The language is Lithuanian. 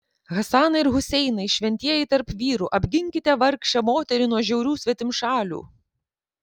hasanai ir huseinai šventieji tarp vyrų apginkite vargšę moterį nuo žiaurių svetimšalių